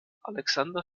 alexander